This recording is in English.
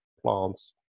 plants